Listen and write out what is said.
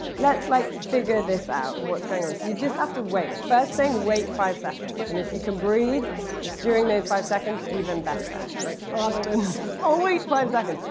let's like figure this out, what's going on. so you just have to wait. first thing, wait five seconds. and if you can breathe during those five seconds, even better. like rather than i'll wait five seconds.